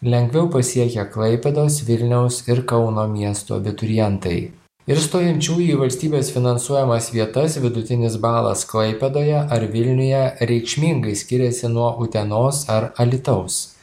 lengviau pasiekia klaipėdos vilniaus ir kauno miestų abiturientai ir stojančių į valstybės finansuojamas vietas vidutinis balas klaipėdoje ar vilniuje reikšmingai skiriasi nuo utenos ar alytaus